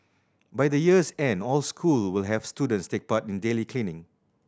by the year's end all school will have students take part in daily cleaning